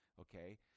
okay